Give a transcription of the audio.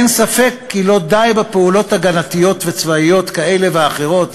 אין ספק כי לא די בפעולות הגנתיות וצבאיות כאלה ואחרות,